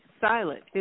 silent